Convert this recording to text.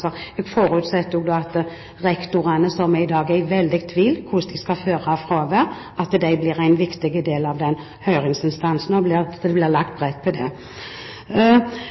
seg. Jeg forutsetter at også rektorene, som i dag er veldig i tvil hvordan de skal føre fravær, blir en viktig del av den høringsinstansen, og at det blir lagt brett på det.